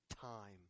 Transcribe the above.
time